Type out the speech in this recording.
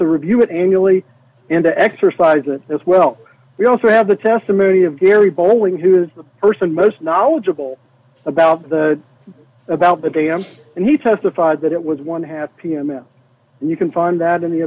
to review it annually and to exercise it as well we also have the testimony of gary bolling who is the person most knowledgeable about the about the dam and he testified that it was one had p m s and you can find that